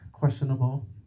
questionable